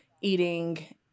eating